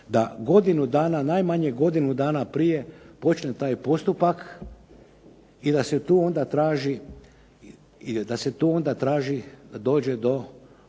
urediti da najmanje godinu dana prije počne taj postupak i da se tu onda traži da dođe u tih